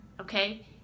okay